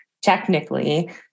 technically